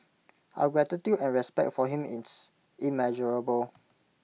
our gratitude and respect for him is immeasurable